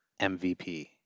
MVP